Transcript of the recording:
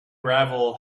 gravel